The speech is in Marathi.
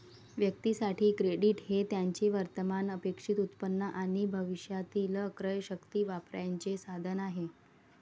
व्यक्तीं साठी, क्रेडिट हे त्यांचे वर्तमान अपेक्षित उत्पन्न आणि भविष्यातील क्रयशक्ती वापरण्याचे साधन आहे